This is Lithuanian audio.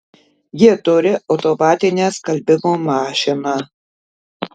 ji turi automatinę skalbimo mašiną